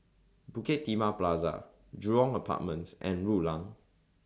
Bukit Timah Plaza Jurong Apartments and Rulang